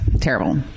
terrible